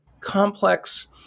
complex